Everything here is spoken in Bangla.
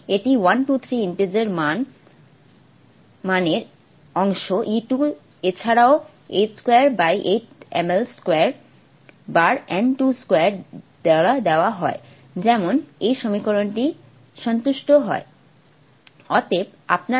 এটি 1 2 3 ইন্টিজার মান এর এবং E 2 এছাড়াও h28m L2 বার n 22 দ্বারা দেওয়া হয় যেমন এই সমীকরণটি সন্তুষ্ট হয়